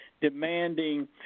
demanding